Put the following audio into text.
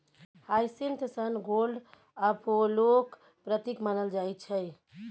hyacinth sun god अपोलोक प्रतीक मानल जाइ छै